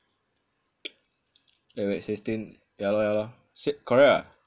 eh wait sixteen yah lor yah lor s~ correct [what]